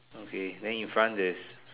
okay then in front there's